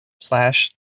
slash